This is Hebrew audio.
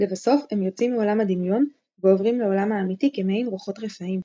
לבסוף הם יוצאים מעולם הדמיון ועוברים לעולם האמיתי כמעין רוחות רפאים,